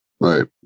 Right